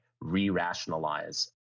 re-rationalize